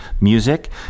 music